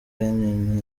benin